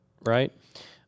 right